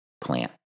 plant